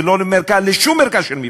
ולא לשום מרכז של מפלגה,